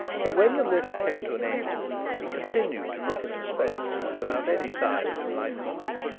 but when the list came to an end he continued to look into space without any sign of enlightenment.